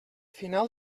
final